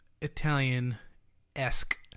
Italian-esque